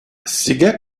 sega